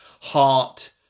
heart